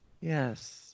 Yes